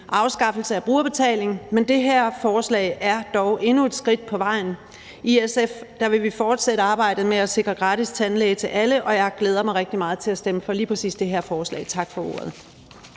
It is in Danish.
afskaffelse af brugerbetaling, men det her forslag er dog endnu et skridt på vejen. I SF vil vi fortsætte arbejdet med at sikre gratis tandlæge til alle, og jeg glæder mig rigtig meget til at stemme for lige præcis det her forslag. Tak for ordet.